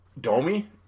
Domi